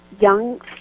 young